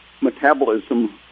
metabolism